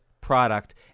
product